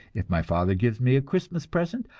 if my father gives me a christmas present,